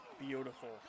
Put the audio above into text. Beautiful